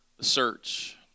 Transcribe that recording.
search